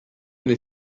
nel